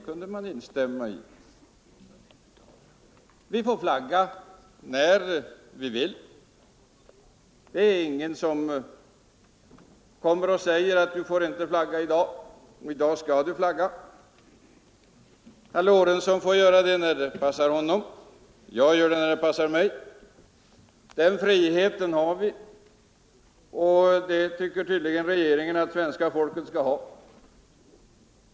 Vi får flagga när vi vill. Det är ingen som kommer och säger: ”Du får inte flagga i dag! Och ingen säger heller: ”I dag skall du flagga!” Herr Lorentzon får flagga när det passar honom, jag gör det när det passar mig. Den friheten har vi, och den tycker tydligen regeringen att svenska folket skall ha.